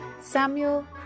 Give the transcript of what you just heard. Samuel